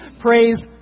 praise